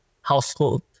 household